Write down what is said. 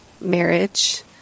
marriage